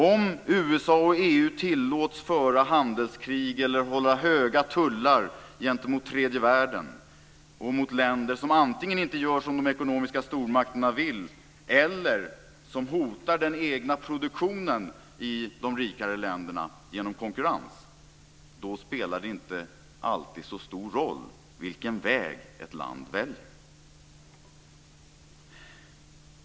Om USA och EU tillåts att föra handelskrig eller hålla höga tullar gentemot tredje världen och länder som antingen inte gör som de ekonomiska stormakterna vill eller som hotar den egna produktionen i de rikare länderna genom konkurrens, då spelar det inte alltid så stor roll vilken väg ett land väljer.